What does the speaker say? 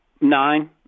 Nine